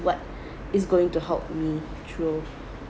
what is going to help me through